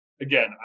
again